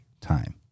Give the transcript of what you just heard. time